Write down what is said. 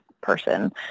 person